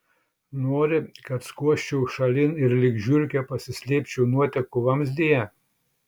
nori kad skuosčiau šalin ir lyg žiurkė pasislėpčiau nuotekų vamzdyje